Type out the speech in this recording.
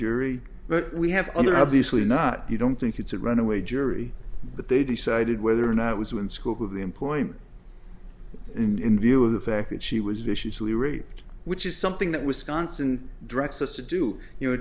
jury but we have other obviously not you don't think it's a runaway jury but they decided whether or not it was when scope of the employment and in view of the fact that she was viciously raped which is something that wisconsin directs us to do you know